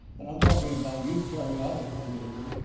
and i'm talking about eukaryotic organisms,